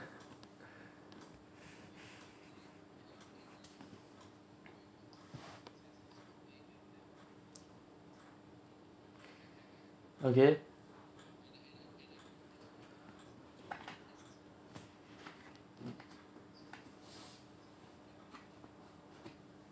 okay